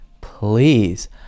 Please